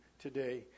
today